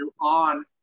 on